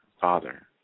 Father